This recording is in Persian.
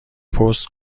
پست